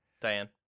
Diane